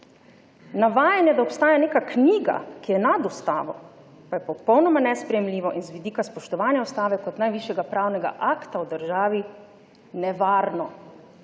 Navajanje, da obstaja neka knjiga, ki je nad ustavo, pa je popolnoma nesprejemljivo in z vidika spoštovanja ustave kot najvišjega pravnega akta v državi nevarno.